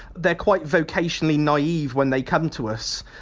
they're quite vocationally naive when they come to us.